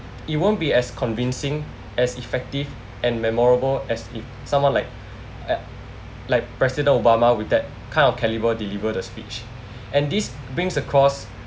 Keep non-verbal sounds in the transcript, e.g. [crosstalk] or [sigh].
it won't be as convincing as effective and memorable as if someone like [noise] like president obama with that kind of caliber deliver the speech <ppb) and this brings across